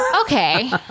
Okay